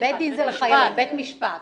בית דין זה לחיילים, אתה מתכוון לבית משפט צבאי.